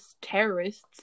terrorists